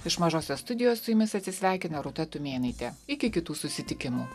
iš mažosios studijos su jumis atsisveikina rūta tumėnaitė iki kitų susitikimų